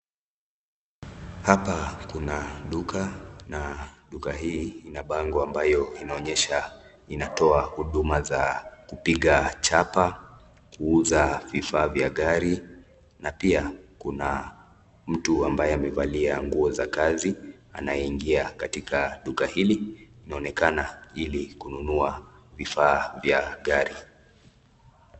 Hapa kuna duka na duka hii ina bango ambayo inaonyesha inatoa huduma za kupiga chapa, kuuza vifaa vya gari na pia kuna mtu ambaye amevalia nguo za kazi, anayeingia katika duka hili. Inaonekana ili kununua vifaa vya gari.